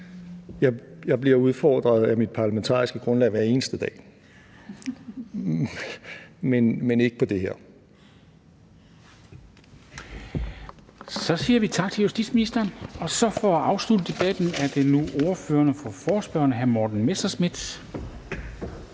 Jeg bliver udfordret af mit parlamentariske grundlag hver eneste dag, men ikke på det her område. Kl. 17:28 Formanden (Henrik Dam Kristensen): Så siger vi tak til justitsministeren. Og for at afslutte debatten er det nu ordføreren for forespørgerne, hr. Morten Messerschmidt.